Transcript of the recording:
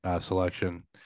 selection